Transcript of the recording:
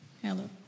Hello